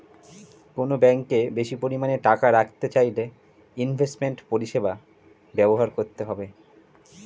কোনো ব্যাঙ্কে বেশি পরিমাণে টাকা খাটাতে চাইলে ইনভেস্টমেন্ট পরিষেবা ব্যবহার করতে হবে